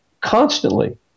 constantly